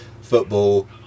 football